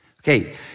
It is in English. Okay